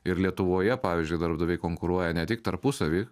ir lietuvoje pavyzdžiui darbdaviai konkuruoja ne tik tarpusavy